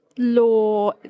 Law